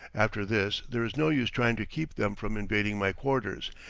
after this there is no use trying to keep them from invading my quarters,